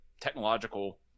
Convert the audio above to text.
technological